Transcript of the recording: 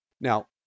Now